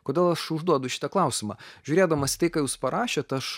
kodėl aš užduodu šitą klausimą žiūrėdamas į tai ką jūs parašėt aš